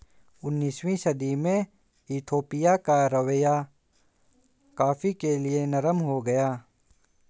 उन्नीसवीं सदी में इथोपिया का रवैया कॉफ़ी के लिए नरम हो गया